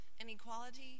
inequality